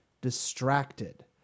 distracted